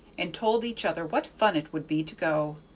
and told each other what fun it would be to go,